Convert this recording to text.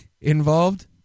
involved